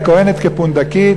כוהנת כפונדקית?